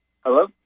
Hello